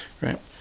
right